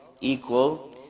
equal